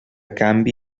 canvi